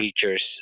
features